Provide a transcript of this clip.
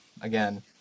again